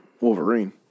Wolverine